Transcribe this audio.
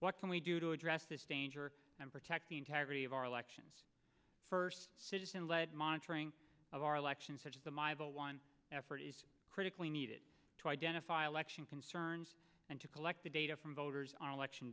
what can we do to address this danger and protect the integrity of our elections first citizen led monitoring of our elections such as the effort is critically needed to identify election concerns and to collect the data from voters